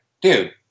Dude